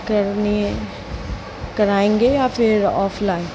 करनी है कराएँगे या फिर ऑफ़लाइन